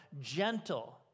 gentle